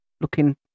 looking